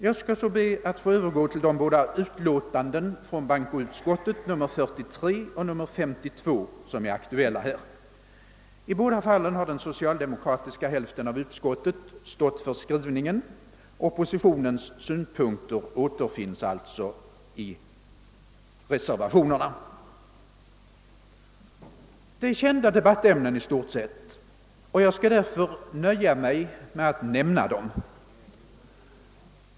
Jag skall så be att få övergå till de båda utlåtanden från bankoutskottet, nr 43 och nr 52, som är aktuella i detta sammanhang. Vid behandlingen av båda dessa utlåtanden har den socialdemokratiska hälften av utskottet stått för skrivningen. Oppositionens synpunkter återfinns alltså i reservationerna. Det rör sig i stort sett om kända debattämnen, och jag skall därför nöja mig med att nämna dem.